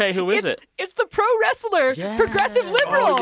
yeah who is it? it's the pro wrestler, progressive liberal oh,